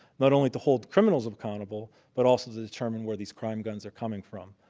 not only to hold criminals accountable, but also to determine where these crime guns are coming from.